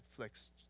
Netflix